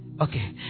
Okay